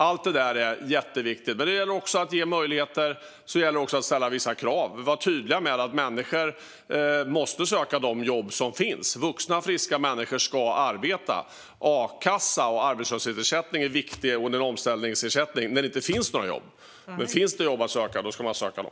Allt detta är jätteviktigt, men med möjligheter kommer också krav. Vi ska vara tydliga med att människor måste söka de jobb som finns. Vuxna friska människor ska arbeta. A-kassa och arbetslöshetsersättning är viktiga som omställningsersättning när det inte finns jobb. Men finns det jobb att söka ska man söka dem.